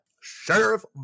Sheriff